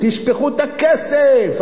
תשפכו את הכסף,